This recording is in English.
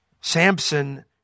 Samson